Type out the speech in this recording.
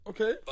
Okay